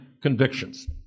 convictions